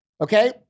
Okay